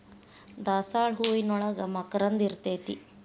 ದಾಸಾಳ ಹೂವಿನೋಳಗ ಮಕರಂದ ಇರ್ತೈತಿ